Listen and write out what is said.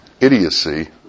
idiocy